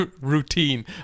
routine